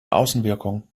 außenwirkung